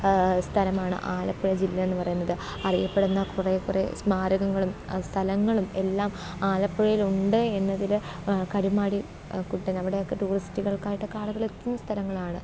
സ്ഥലമാണ് ആലപ്പുഴ ജില്ലയെന്ന് പറയുന്നത് അറിയപ്പെടുന്ന കുറേ കുറേ സ്മാരകങ്ങളും സ്ഥലങ്ങളും എല്ലാം ആലപ്പുഴയിലുണ്ട് എന്നതിൽ കരുമാടി കുട്ടൻ അവിടെയൊക്കെ ടൂറിസ്റ്റുകൾക്കായിട്ടൊക്കെ ആളുകൾ എത്തുന്ന സ്ഥലങ്ങളാണ്